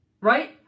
right